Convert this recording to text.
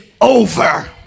over